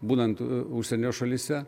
būnant užsienio šalyse